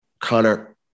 Connor